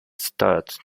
start